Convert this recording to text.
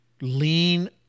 lean